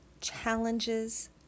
challenges